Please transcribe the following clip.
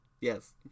Yes